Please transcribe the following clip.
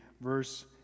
verse